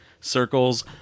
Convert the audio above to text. Circle's